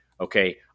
Okay